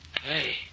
Hey